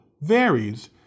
varies